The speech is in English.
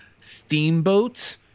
steamboat